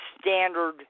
standard